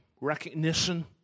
recognition